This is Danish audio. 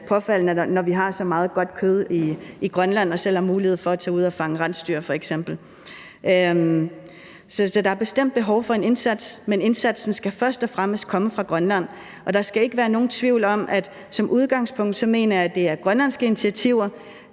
påfaldende, når vi har så meget godt kød i Grønland og selv har mulighed for at tage ud og fange rensdyr f.eks. Så der er bestemt behov for en indsats, men indsatsen skal først og fremmest komme fra Grønland. Der skal ikke være nogen tvivl om, at jeg som udgangspunkt mener, at det er grønlandske initiativer,